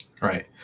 right